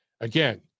Again